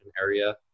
area